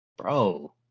Bro